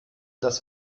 das